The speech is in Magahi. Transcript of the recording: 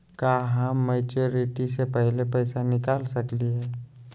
का हम मैच्योरिटी से पहले पैसा निकाल सकली हई?